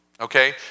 okay